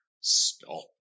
stop